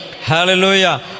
Hallelujah